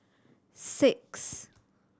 six